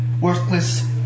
worthless